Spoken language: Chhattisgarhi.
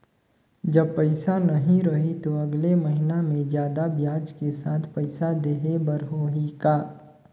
जब पइसा नहीं रही तो अगले महीना मे जादा ब्याज के साथ पइसा देहे बर होहि का?